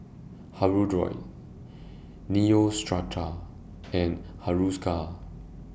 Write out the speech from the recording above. Hirudoid Neostrata and Hiruscar